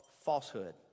falsehood